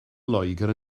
loegr